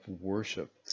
worship